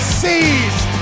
seized